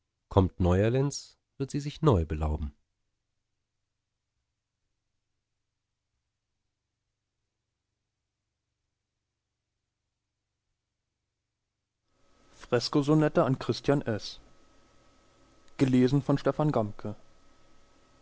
kommt neuer lenz wird sie sich neu belauben fresko sonette an christian